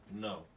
no